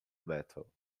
metal